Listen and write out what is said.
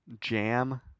jam